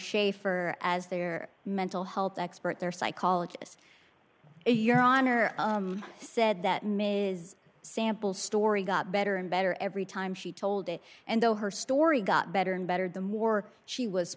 shafer as their mental health expert their psychologist your honor said that mrs sample story got better and better every time she told it and though her story got better and better the more she was